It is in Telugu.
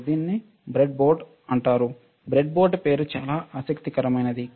దీనిని బ్రెడ్బోర్డ్ అంటారు బ్రెడ్బోర్డ్ పేరు చాలా ఆసక్తికరమైనదీ